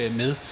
med